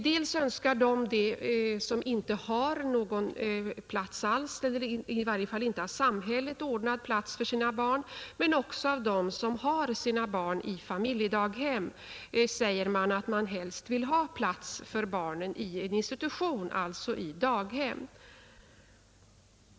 Detta önskas av dem som inte har någon plats alls — i varje fall inte någon av samhället ordnad plats — för sina barn, Men också de som har sina barn i familjedaghem säger att de helst vill ha plats för barnen i en institution, alltså i daghem.